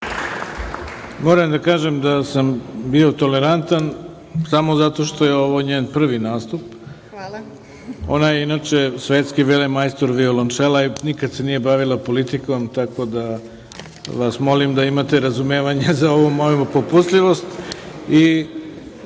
Hvala. Moram da kažem da sam bio tolerantan, samo zato što je ovo njen prvi nastup. Ona je inače svetski velemajstor violončela i nikad se nije bavila politikom, tako da vas molim da imate razumevanja za ovu moju popustljivost. Sada